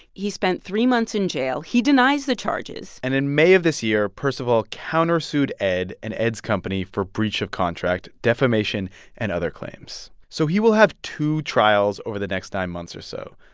he spent three months in jail. he denies the charges and in may of this year, percival countersued ed and ed's company for breach of contract, defamation and other claims. so he will have two trials over the next nine months or so,